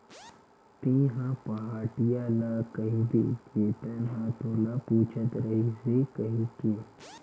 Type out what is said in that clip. तेंहा पहाटिया ल कहिबे चेतन ह तोला पूछत रहिस हे कहिके